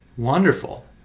Wonderful